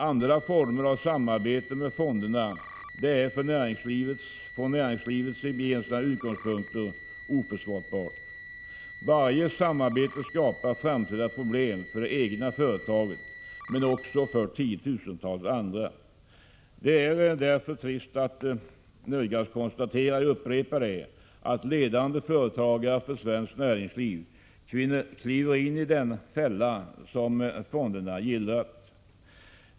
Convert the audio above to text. Andra former av samarbete med fonderna är från näringslivets gemensamma utgångspunkter oförsvarbara. Varje samarbete skapar framtida problem, såväl för det egna företaget som för tiotusentals andra. Det är därför tråkigt att nödgas konstatera att ledande företagare inom svenskt näringsliv kliver in i den fälla som fonderna gillrat.